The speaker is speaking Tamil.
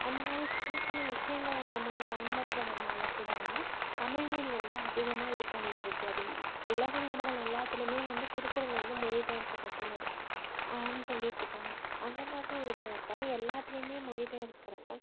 அந்தமாதிரி சின்ன சின்ன விஷயங்கள நம்ம வந்து பயன்படுத்துகிறதுனால கூட வந்து தமிழ்மொழி வந்து அதிகமாக இது பண்ணிட்டிருக்கு அப்படின்னு உலக நாடுகள் எல்லாத்திலையுமே வந்து திருக்குறள் வந்து மொழி பெயர்க்கப்பட்டுள்ளது ஆன்னு சொல்லிட்டு இருக்காங்க அந்த மாதிரி இருக்கிறப்ப எல்லாத்திலையுமே மொழி பெயர்க்கிறப்போ